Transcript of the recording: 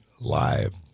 live